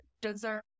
deserve